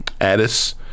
Addis